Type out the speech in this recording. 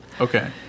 Okay